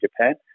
Japan